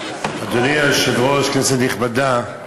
אדוני היושב-ראש, כנסת נכבדה,